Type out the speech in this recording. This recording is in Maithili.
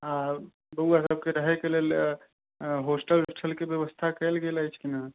आओर बउआ सबके रहै लेल हॉस्टल उस्टलके बेबस्था कएल गेल अछि कि नहि